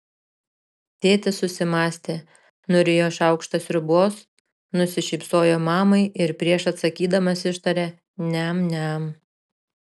tėtis susimąstė nurijo šaukštą sriubos nusišypsojo mamai ir prieš atsakydamas ištarė niam niam